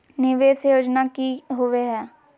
निवेस योजना की होवे है?